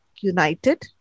united